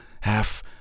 half